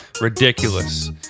ridiculous